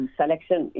selection